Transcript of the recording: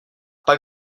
pak